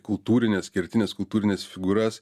kultūrines kertines kultūrines figūras